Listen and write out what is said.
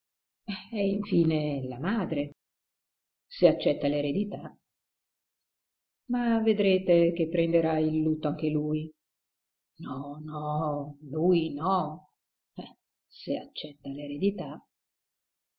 è infine la madre se accetta l'eredità ma vedrete che prenderà il lutto anche lui no no lui no se accetta